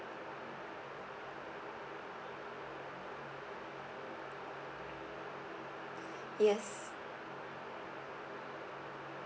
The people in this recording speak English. yes